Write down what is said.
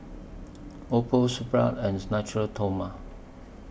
Oppo Supravit and Natura Stoma